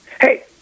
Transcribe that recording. Hey